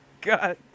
God